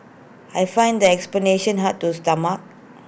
I find that explanation hard to stomach